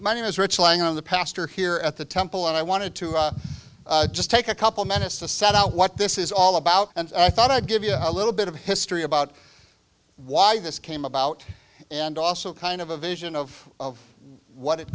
my name is rich lying on the pastor here at the temple and i wanted to just take a couple minutes to set out what this is all about and i thought i'd give you a little bit of history about why this came about and also kind of a vision of what it